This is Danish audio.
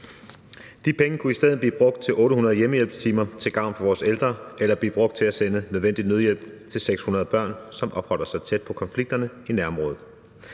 De penge kunne i stedet blive brugt til 800 hjemmehjælpstimer til gavn for vores ældre eller blive brugt til at sende nødvendig nødhjælp til 600 børn, som opholder sig tæt på konflikterne i nærområdet.